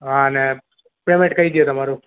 હા ને પેમેટ કઈ દયો તમારું